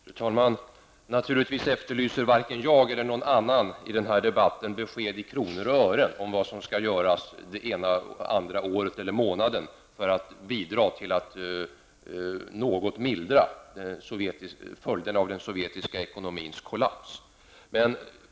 Fru talman! Naturligtvis efterlyser varken jag eller någon annan i den här debatten besked i kronor och ören om vad som skall göras den ena eller andra månaden eller året för att bidra till att något mildra följderna av den sovjetiska ekonomins kollaps.